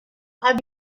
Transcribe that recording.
have